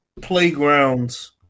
playgrounds